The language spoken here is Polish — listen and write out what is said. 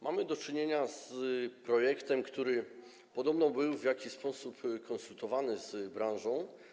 Mamy do czynienia z projektem, który podobno był w jakiś sposób konsultowany z branżą.